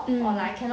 mm